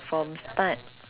from start